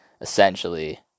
essentially